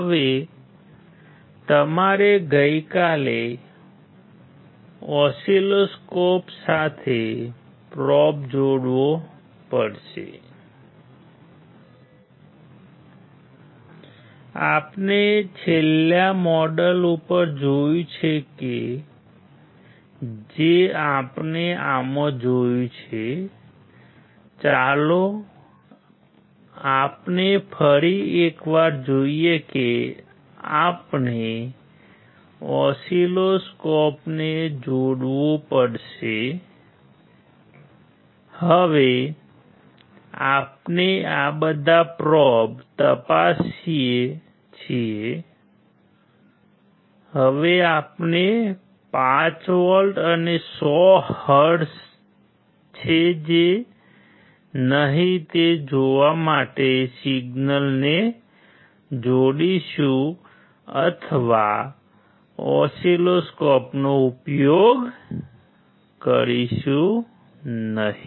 હવે તમારે ગઈકાલે ઓસિલોસ્કોપ સાથે પ્રોબ તપાસીએ છીએ હવે આપણે 5 વોલ્ટ અને 100 હર્ટ્ઝ છે કે નહીં તે જોવા માટે સિગ્નલને જોડીશું અથવા ઓસિલોસ્કોપનો ઉપયોગ કરીશું નહીં